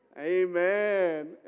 Amen